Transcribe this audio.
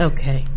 Okay